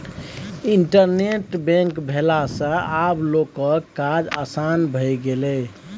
internet bank भेला सँ आब लोकक काज आसान भए गेलै